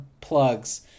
plugs